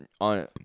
on